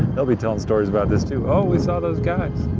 they'll be telling stories about this too. oh, we saw those guys.